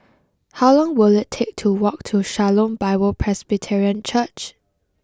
how long will it take to walk to Shalom Bible Presbyterian Church